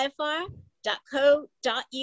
ifr.co.uk